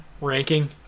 ranking